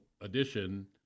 edition